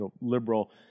liberal